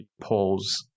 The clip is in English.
polls